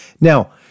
Now